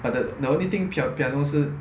but th~ the only thing pia~ piano 是